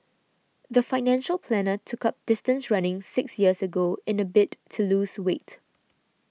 the financial planner took up distance running six years ago in a bid to lose weight